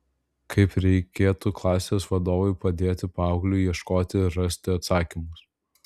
kaip reikėtų klasės vadovui padėti paaugliui ieškoti ir rasti atsakymus